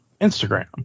Instagram